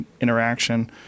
interaction